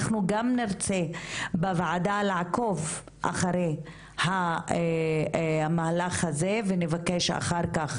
אנחנו גם נרצה בוועדה לעקוב אחרי המהלך הזה ונבקש אחר-כך